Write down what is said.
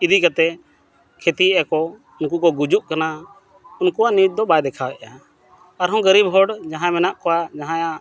ᱤᱫᱤ ᱠᱟᱛᱮᱜ ᱠᱷᱮᱛᱤ ᱟᱠᱚ ᱱᱩᱠᱩ ᱠᱚ ᱜᱩᱡᱩᱜ ᱠᱟᱱᱟ ᱩᱱᱠᱩᱣᱟᱜ ᱱᱤᱭᱩᱡᱽ ᱫᱚ ᱵᱟᱭ ᱫᱮᱠᱷᱟᱣᱮᱫᱼᱟ ᱟᱨᱦᱚᱸ ᱜᱟᱹᱨᱤᱵ ᱦᱚᱲ ᱡᱟᱦᱟᱸᱭ ᱢᱮᱱᱟᱜ ᱠᱚᱣᱟ ᱡᱟᱦᱟᱸᱭᱟᱜ